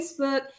Facebook